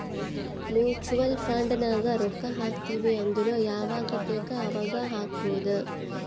mutual fund ನಾಗ್ ರೊಕ್ಕಾ ಹಾಕ್ತಿವ್ ಅಂದುರ್ ಯವಾಗ್ ಬೇಕ್ ಅವಾಗ್ ಹಾಕ್ಬೊದ್